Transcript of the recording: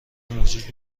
موجود